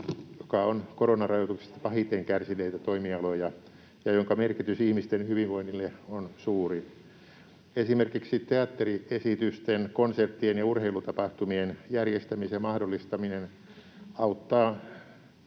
joka on koronarajoituksista pahiten kärsineitä toimialoja ja jonka merkitys ihmisten hyvinvoinnille on suuri. Esimerkiksi teatteriesitysten, konserttien ja urheilutapahtumien järjestämisen mahdollistaminen auttaa